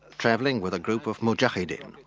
travelling with a group of mujahadeen,